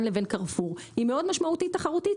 לבין קרפור היא מאוד משמעותית תחרותית,